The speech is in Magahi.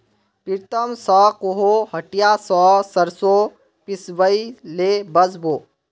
प्रीतम स कोहो हटिया स सरसों पिसवइ ले वस बो